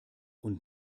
und